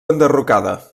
enderrocada